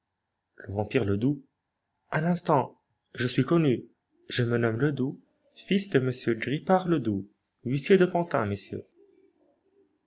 vampire ledoux un instant je suis connu je me nomme ledoux fils de m grippart ledoux huissier de pantin messieurs